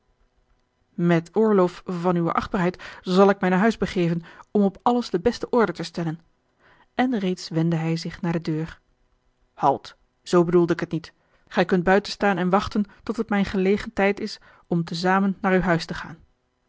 met oorlof van uwe achtbaarheid zal ik mij naar huis begeven om op alles de beste order te stellen en reeds wendde hij zich naar de deur halt z bedoelde ik het niet gij kunt buiten staan en wachten tot het mijn gelegen tijd is om te zamen naar uw huis te gaan